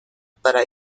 para